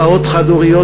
אימהות חד-הוריות,